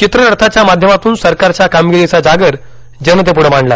चित्ररथाच्या माध्यमातून सरकारच्या कामगिरीचा जागर जनतेप्ढे मांडला